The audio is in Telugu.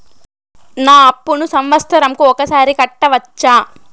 నా అప్పును సంవత్సరంకు ఒకసారి కట్టవచ్చా?